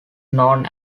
known